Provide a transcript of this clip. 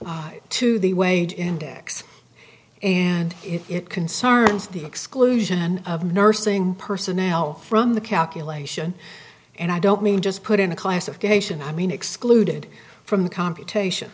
it to the wage index and it concerns the exclusion of nursing personnel from the calculation and i don't mean just put in a classification i mean excluded from the computation